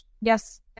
yes